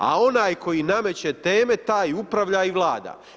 A onaj koji nameće teme, taj upravlja i vlada.